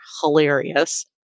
hilarious